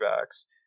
backs